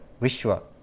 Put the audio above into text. Vishwa